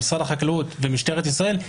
משרד החקלאות ומשטרת ישראל,